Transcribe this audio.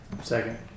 second